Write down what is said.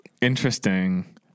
Interesting